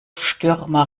stürmer